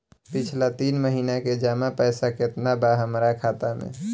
पिछला तीन महीना के जमा पैसा केतना बा हमरा खाता मे?